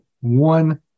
one